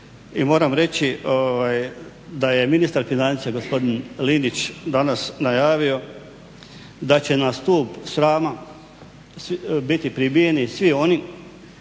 i moram reći da je ministar financija gospodin Linić danas najavio da će na stup srama biti pribijeni svi oni